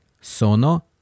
sono